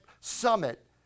summit